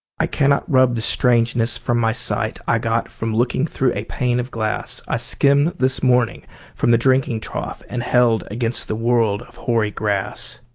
i cannot rub the strangeness from my sight i got from looking through a pane of glass i skimmed this morning from the drinking trough and held against the world of hoary grass.